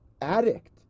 addict